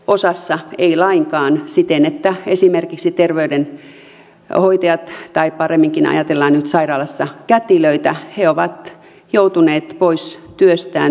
osassa ei lainkaan ja esimerkiksi terveydenhoitajat tai paremminkin ajatellaan nyt sairaalassa kätilöitä ovat joutuneet pois työstään työsuhteita ei ole jatkettu